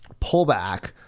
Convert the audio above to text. pullback